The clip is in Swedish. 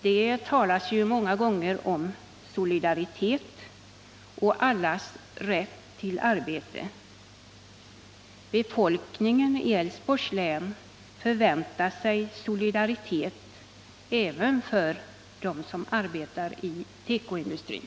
Det talas ju många gånger om solidaritet och allas rätt till arbete. Befolkningen i Älvsborgs län förväntar sig solidaritet även för dem som arbetar i tekoindustrin.